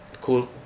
Cool